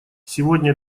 сегодня